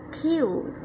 cute